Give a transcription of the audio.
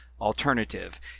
alternative